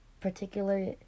particular